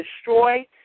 destroy